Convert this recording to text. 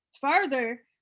Further